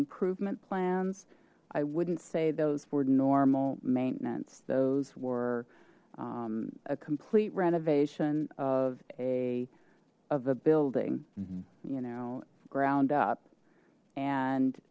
improvement plans i wouldn't say those were normal maintenance those were a complete renovation of a of a building you know ground up